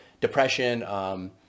depression